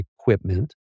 equipment